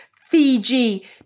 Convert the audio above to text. Fiji